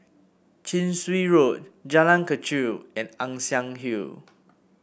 Chin Swee Road Jalan Kechil and Ann Siang Hill